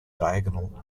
diagonal